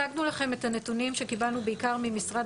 הצגנו לכם את הנתונים שקיבלנו בעיקר ממשרד